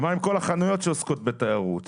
ומה עם כל החנויות שעוסקות בתיירות,